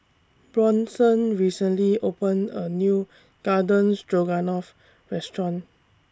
Bronson recently opened A New Garden Stroganoff Restaurant